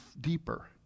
deeper